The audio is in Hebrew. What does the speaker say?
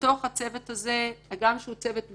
בתוך הצוות הזה, הגם שהוא צוות בין-משרדי,